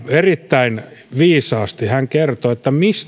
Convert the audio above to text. erittäin viisaasti hän kertoi